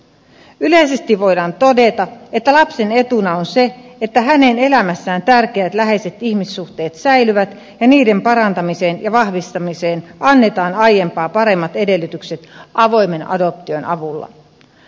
yleisesti voidaan todeta että lapsen etuna on se että hänen elämässään tärkeät läheiset ihmissuhteet säilyvät ja niiden parantamiseen ja vahvistamiseen annetaan aiempaa paremmat edellytykset avoimen adoption avulla